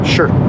Sure